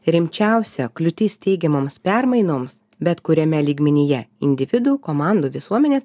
rimčiausia kliūtis teigiamoms permainoms bet kuriame lygmenyje individų komandų visuomenės